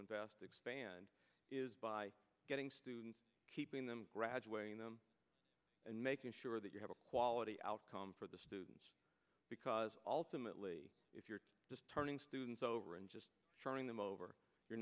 invest expand is by getting students keeping them graduating them and making sure that you have a quality outcome for the students because ultimately if you're just turning students over and just turning them over you're